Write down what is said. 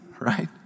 right